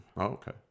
Okay